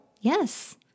yes